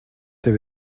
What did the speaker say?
tev